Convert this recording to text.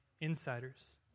insiders